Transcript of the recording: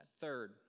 Third